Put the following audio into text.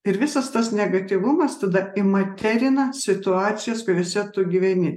ir visas tas negatyvumas tada įmaterina situacijas kuriose tu gyveni